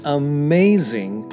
amazing